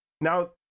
Now